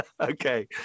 Okay